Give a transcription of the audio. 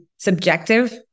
subjective